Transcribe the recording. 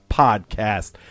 podcast